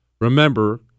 Remember